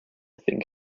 think